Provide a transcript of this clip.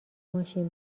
ماشین